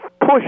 push